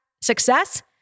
success